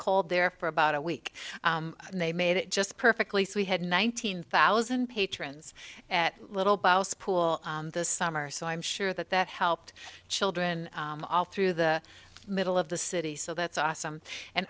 cold there for about a week and they made it just perfectly so we had nineteen thousand patrons at little balls pool this summer so i'm sure that that helped children all through the middle of the city so that's awesome and